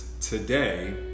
today